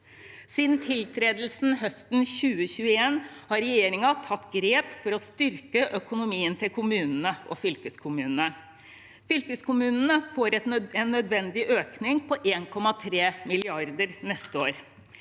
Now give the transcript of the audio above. Siden tiltredelsen høsten 2021 har regjeringen tatt grep for å styrke økonomien til kommunene og fylkeskommunene. Fylkeskommunene får en nødvending økning på 1,3 mrd. kr neste år.